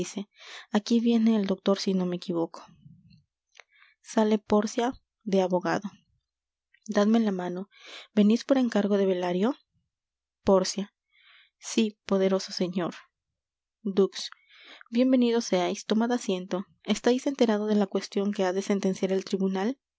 aquí viene el doctor si no me equivoco sale pórcia de abogado dadme la mano venis por encargo de belario pórcia sí poderoso señor dux bien venido seais tomad asiento estais enterado de la cuestion que ha de sentenciar el tribunal